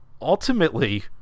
ultimately